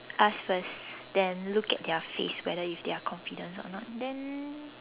ask first then look at their face whether if they are confident or not then